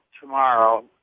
tomorrow